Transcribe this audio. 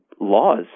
laws